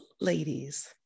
ladies